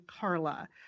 Carla